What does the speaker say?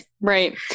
Right